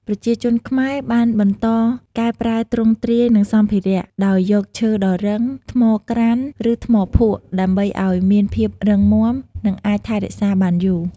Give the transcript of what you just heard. ប្រជាជនខ្មែរបានបន្តកែប្រែទ្រង់ទ្រាយ និងសម្ភារៈ ដោយយកឈើដ៏រឹង ថ្មក្រាន ឬថ្មភក់ ដើម្បីឲ្យមានភាពរឹងមាំ និងអាចថែរក្សាបានយូរ។។